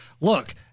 look